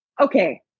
Okay